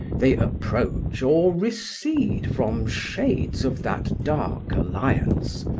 they approach or recede from shades of that dark alliance,